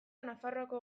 nafarroako